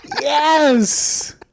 yes